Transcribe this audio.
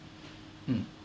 mm